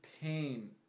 pain